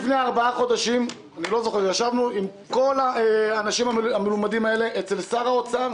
לפני ארבעה חודשים ישבנו עם כל האנשים המלומדים אצל שר האוצר.